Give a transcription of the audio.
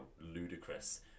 ludicrous